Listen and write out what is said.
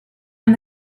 and